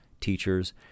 teachers